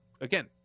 again